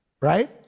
Right